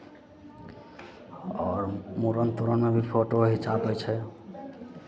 आओर मूड़न तूड़नमे भी फोटो घिचाबै छै